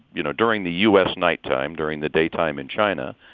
you know, during the u s. nighttime during the daytime in china.